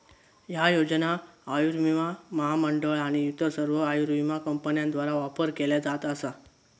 ह्या योजना आयुर्विमा महामंडळ आणि इतर सर्व आयुर्विमा कंपन्यांद्वारा ऑफर केल्या जात असा